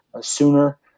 sooner